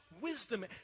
wisdom